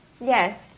Yes